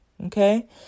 Okay